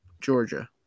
Georgia